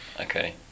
Okay